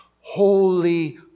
Holy